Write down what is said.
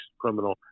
criminal